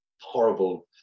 horrible